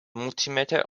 multimeter